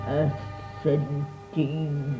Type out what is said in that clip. ascending